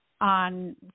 on